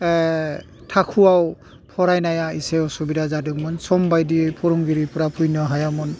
थाखुवाव फरायनाया इसे असुबिदा जादोंमोन सम बायदियै फोरोंगिरिफ्रा फैनाे हायामोन